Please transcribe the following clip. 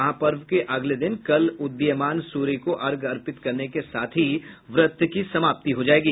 महापर्व के अगले दिन कल उदीयमान सूर्य को अर्घ्य अर्पित करने के साथ ही व्रत की समाप्ति हो जायेगी